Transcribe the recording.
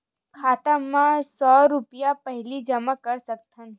खाता मा सौ रुपिया पहिली जमा कर सकथन?